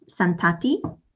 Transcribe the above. Santati